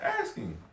asking